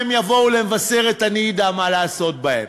אם הם יבואו למבשרת אני אדע מה לעשות בהם,